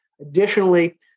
Additionally